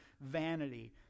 vanity